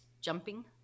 jumping